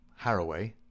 Haraway